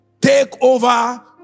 Takeover